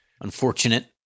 unfortunate